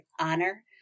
honor